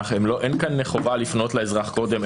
אין כאן חובה לפנות לאזרח קודם,